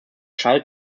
child